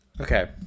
Okay